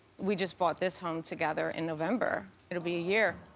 we just bought this home together in november. it'll be a year.